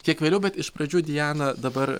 kiek vėliau bet iš pradžių diana dabar